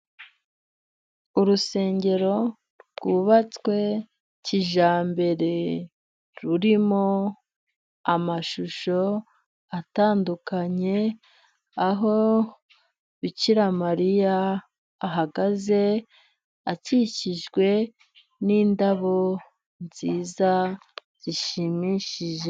Urusengero rwubatswe kijyambere，rurimo amashusho atandukanye，aho bikiramariya ahagaze， akikijwe n'indabo nziza zishimishije.